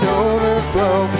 overflow